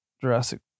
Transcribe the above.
Jurassic